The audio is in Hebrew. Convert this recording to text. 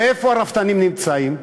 ואיפה הרפתנים נמצאים?